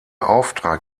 auftrag